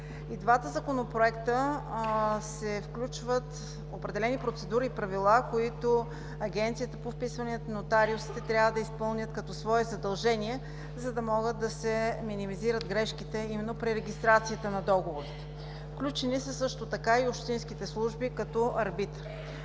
двата законопроекта се включват определени процедури и правила, които Агенцията по вписванията, нотариусите трябва да изпълнят като свое задължение, за да могат да се минимизират грешките именно при регистрацията на договорите. Включени са и общинските служби като арбитър.